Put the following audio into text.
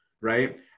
right